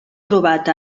trobat